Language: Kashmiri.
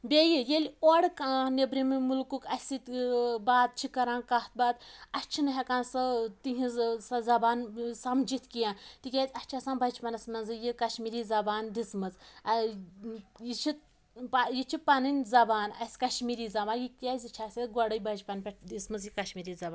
بیٚیہِ ییٚلہِ اورٕ کانٛہہ نیٚبرِمہِ مُلکُک اسہِ سۭتۍ ٲں بات چھُ کَران کَتھ باتھ اسہِ چھِنہٕ ہیٚکان سۄ تہنٛز سۄ زبان ٲں سَمجھِتھ کیٚنٛہہ تِکیٛازِ اسہِ چھِ آسان بَچپَنَس منٛزٕے یہِ کشمیٖری زبان دِژمٕژ ٲں یہِ چھِ یہِ چھِ پَنٕنۍ زبان اسہِ کَشمیٖری زبان یہِ کیٛازِ یہِ چھِ اسہِ گۄڈٕے بَچپَن پٮ۪ٹھ دِژمٕژ یہِ کشمیٖری زبان